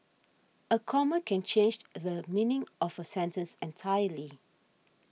a comma can change the meaning of a sentence entirely